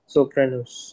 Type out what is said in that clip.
Sopranos